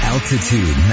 Altitude